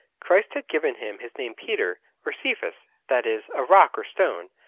christ had given him his name peter or cephas, that is, a rock or stone,